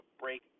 break